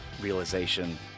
realization